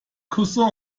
cousin